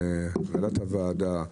הנהלת הוועדה,